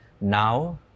Now